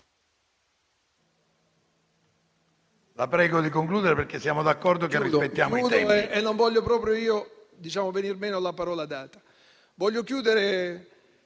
La prego di concludere perché siamo d'accordo nel rispettare i tempi.